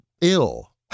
ill